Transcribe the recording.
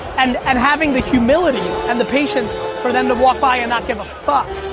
and um having the humility and the patience for them to walk by and not give a fuck,